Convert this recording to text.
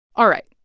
all right.